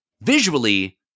Visually